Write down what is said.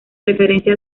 referencia